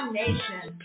nation